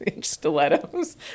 stilettos